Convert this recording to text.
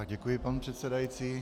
Děkuji, pane přesedající.